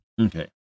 okay